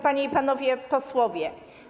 Panie i Panowie Posłowie!